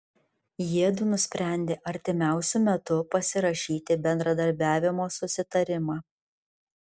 jiedu nusprendė artimiausiu metu pasirašyti bendradarbiavimo susitarimą